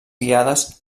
guiades